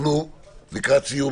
אנחנו לקראת סיום,